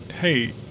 hey